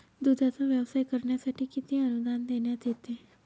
दूधाचा व्यवसाय करण्यासाठी किती अनुदान देण्यात येते?